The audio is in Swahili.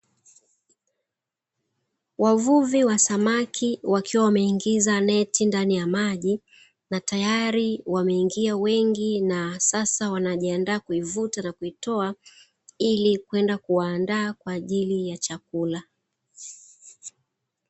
Wavuvi wa samaki wakiwa wameingiza neti ndani ya maji na tayari wameingia wengi na sasa wanajiandaa kuivuta na kuitoa, ili kwenda kuwaandaa kwa ajili ya chakula.